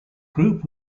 group